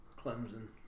Clemson